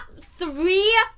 three